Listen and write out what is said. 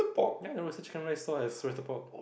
ya the roasted chicken rice stall has pork